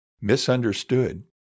misunderstood